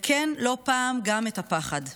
וכן, לא פעם גם את הפחד.